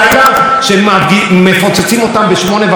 כשהילדים כבר בבית הספר ולא ביציאה,